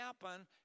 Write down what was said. happen